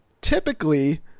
typically